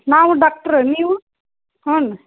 ನಾವು ಡಾಕ್ಟ್ರು ನೀವು ಹ್ಞೂ